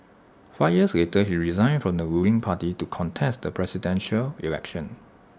five years later he resigned from the ruling party to contest the Presidential Election